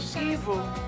evil